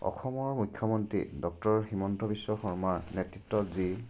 অসমৰ মুখ্যমন্ত্ৰী ডক্টৰ হিমন্ত বিশ্ব শৰ্মা নেতৃত্ব যি